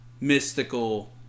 mystical